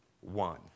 one